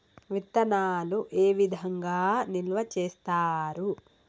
విత్తనాలు ఏ విధంగా నిల్వ చేస్తారు?